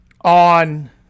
on